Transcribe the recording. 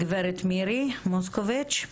גברת מירי מוסקוביץ.